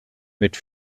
mit